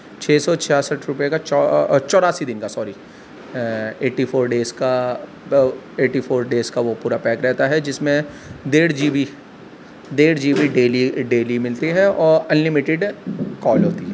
چھ سو چھیاسٹھ روپئے کا چوراسی دن کا سوری ایٹی فور ڈیز کا ایٹی فور ڈیز کا وہ پورا پیک رہتا ہے جس میں ڈیڑھ جی بی ڈیڑھ جی بی ڈیلی ملتی ہے اور انلمیٹڈ کال ہوتی ہے